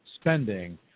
spending